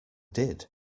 did